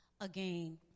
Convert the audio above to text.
Again